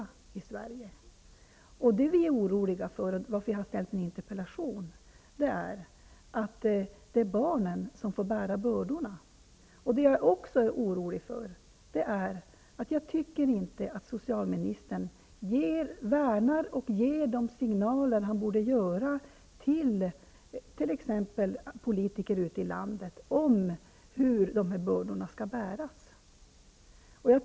Det vi är oroliga för -- och det som är anledningen till att jag har framställt en interpellation -- är att det är barnen som får bära bördorna. Jag är också orolig för att socialministern inte värnar barnen och inte ger signaler till politikerna ute i landet hur bördorna skall bäras.